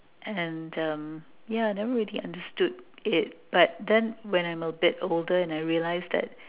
and uh yeah I never really understood it but then when I'm a bit older and I realize that